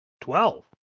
Twelve